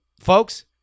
folks